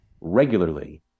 regularly